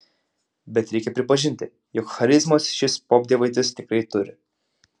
bet reikia pripažinti jog charizmos šis popdievaitis tikrai turi